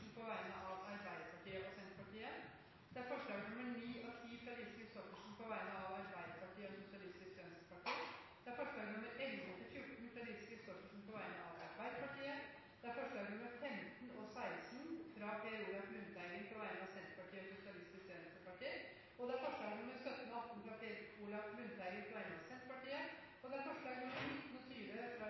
på vegne av Arbeiderpartiet og Senterpartiet forslagene nr. 9 og 10, fra Lise Christoffersen på vegne av Arbeiderpartiet og Sosialistisk Venstreparti forslagene nr. 11–14, fra Lise Christoffersen på vegne av Arbeiderpartiet forslagene nr. 15 og 16, fra Per Olaf Lundteigen på vegne av Senterpartiet og Sosialistisk Venstreparti forslagene nr. 17 og 18, fra Per Olaf Lundteigen på vegne av Senterpartiet forslagene nr. 19 og